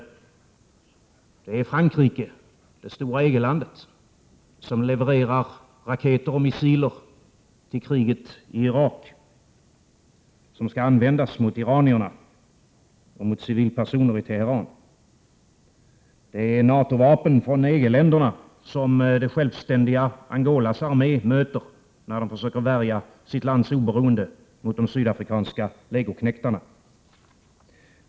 Det är Frankrike, det stora EG-landet, som levererar raketer och missiler till kriget i Irak att användas mot iranierna och mot civilpersoner i Teheran. Det är NATO-vapen från EG-länderna som det självständiga Angolas armé möter, när man försöker värja sitt lands oberoende mot de sydafrikanska legoknektarna.